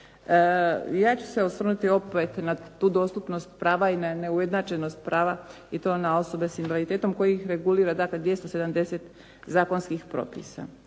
Ja ću se osvrnuti opet na tu dostupnost prava i na neujednačenost prava i to na osobe sa invaliditetom koji ih regulira dakle 270 zakonskih propisa.